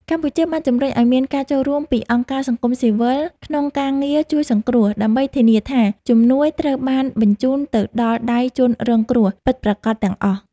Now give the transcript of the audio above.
កម្ពុជាបានជំរុញឱ្យមានការចូលរួមពីអង្គការសង្គមស៊ីវិលក្នុងការងារជួយសង្គ្រោះ ដើម្បីធានាថាជំនួយត្រូវបានបញ្ជូនទៅដល់ដៃជនរងគ្រោះពិតប្រាកដទាំងអស់។